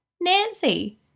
Nancy